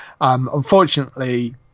Unfortunately